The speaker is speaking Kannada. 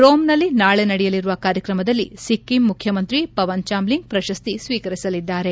ರೋಮ್ನಲ್ಲಿ ನಾಳೆ ನಡೆಯಲಿರುವ ಕಾರ್ಯಕ್ರಮದಲ್ಲಿ ಸಿಕ್ಕಿಂ ಮುಖ್ಯಮಂತ್ರಿ ಪವನ್ ಚಾಮ್ಲಿಂಗ್ ಪ್ರಶಸ್ತಿ ಸ್ವೀಕರಿಸಲಿದ್ದಾರೆ